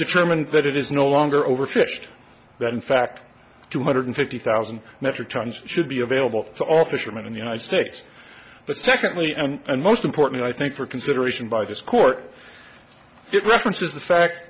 determined that it is no longer overfished that in fact two hundred fifty thousand metric tons should be available to all fishermen in the united states but secondly and most important i think for consideration by this court it references the fact